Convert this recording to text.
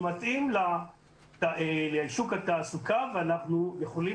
הוא מתאים לשוק התעסוקה ואנחנו יכולים